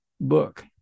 book